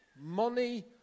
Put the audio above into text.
Money